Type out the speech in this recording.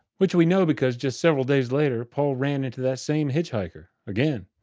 which we know because just several days later, paul ran into that same hitchhiker, again.